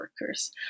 workers